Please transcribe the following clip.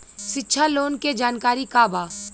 शिक्षा लोन के जानकारी का बा?